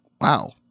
wow